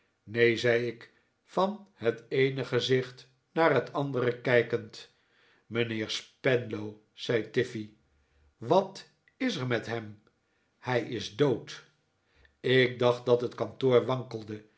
neen zei ik van het eene gezicht naar het andere kijkend mijnheer spenlow zei tiffey wat is er met hem hij is dood ik dacht dat het kantoor wankelde